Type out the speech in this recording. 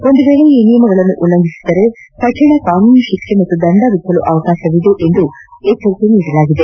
ಒಂದು ವೇಳೆ ಈ ನಿಯಮಗಳನ್ನು ಉಲ್ಲಂಘಿಸಿದರೆ ಕಠಿಣ ಕಾನೂನು ಶಿಕ್ಷೆ ಹಾಗೂ ದಂಡ ವಿಧಿಸಲು ಅವಕಾಶವಿದೆ ಎಂದು ಎಚ್ಚರಿಸಲಾಗಿದೆ